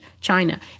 China